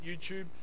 YouTube